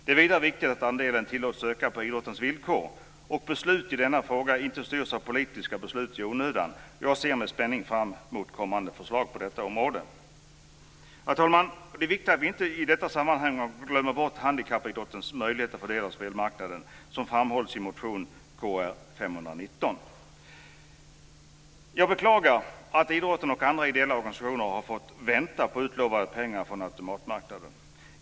Det är vidare viktigt att andelen tillåts öka på idrottens villkor och att beslut i denna fråga inte i onödan styrs av politiska överväganden. Jag ser med spänning fram mot kommande förslag på detta område. Fru talman! Det är viktigt att vi inte i detta sammanhang glömmer bort handikappidrottens möjlighet att få del av spelmarknaden, såsom framhålls i motion Jag beklagar att idrottsrörelsen och andra ideella organisationer har fått vänta på utlovade pengar från automatmarknaden.